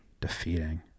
Defeating